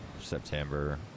september